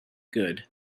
good